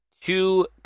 Two